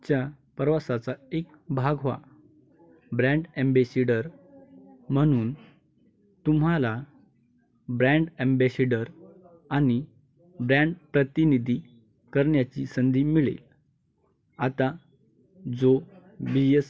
च्या प्रवासाचा एक भाग व्हा ब्रँड अँबेसिडर म्हणून तुम्हाला ब्रँड अँबेसिडर आणि ब्रँड प्रतिनिधी करण्याची संधी मिळेल आता जो बी यस